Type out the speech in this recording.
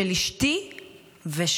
של אשתי ושלי.